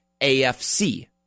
AFC